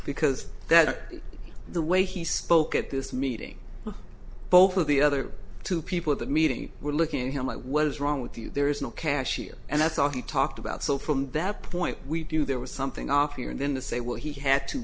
because that's the way he spoke at this meeting both of the other two people at the meeting were looking at him i was wrong with you there is no cash here and that's all he talked about so from that point we do there was something off here and then the say well he had to